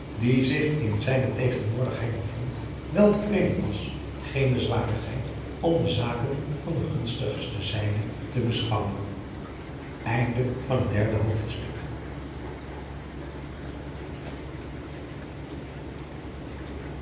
die zich in zijne tegenwoordigheid bevond wel te vreden was geene zwarigheid om de zaken van de gunstigste zijde te beschouwen adriaan loosjes pzn het leven